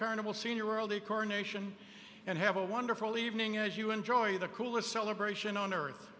carnival senior world a coronation and have a wonderful evening as you enjoy the coolest celebration on earth